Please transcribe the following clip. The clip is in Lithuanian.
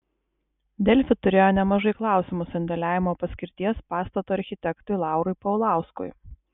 delfi turėjo nemažai klausimų sandėliavimo paskirties pastato architektui laurui paulauskui